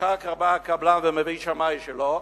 אחר כך בא הקבלן ומביא שמאי שלו,